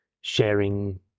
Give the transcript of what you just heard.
sharing